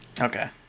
Okay